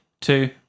two